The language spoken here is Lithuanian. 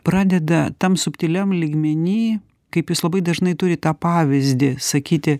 pradeda tam subtiliam lygmeny kaip jis labai dažnai turi tą pavyzdį sakyti